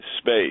space